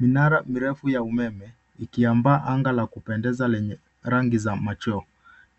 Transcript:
Minara mirefu ya umeme ikiamba anga la kupendeza lenye rangi za machoo